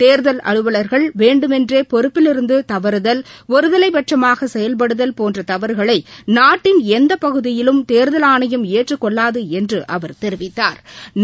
தேர்தல் அலுவல்கள் வேண்டுமென்றேபொறுப்பிலிருந்துதவறுதல் ஒருதலைப்பட்சமாகசெயல்படுதல் போன்றதவறுகளைநாட்டின் எந்தபகுதியிலும் தேர்தல் ஆணையம் ஏற்றுக் கொள்ளாதுஎன்றுஅவர் தெரிவித்தாா்